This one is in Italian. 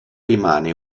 rimane